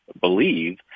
believe